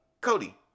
cody